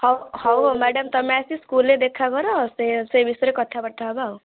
ହେଉ ହେଉ ମ୍ୟାଡ଼ାମ୍ ତୁମେ ଆସି ସ୍କୁଲରେ ଆସି ଦେଖା କର ସେ ସେ ବିଷୟରେ କଥାବାର୍ତ୍ତା ହେବା ଆଉ